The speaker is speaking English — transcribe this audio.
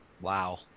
wow